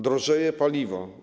Drożeje paliwo.